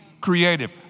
creative